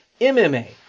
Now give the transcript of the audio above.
MMA